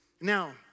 Now